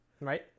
Right